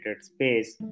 space